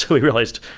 we realized,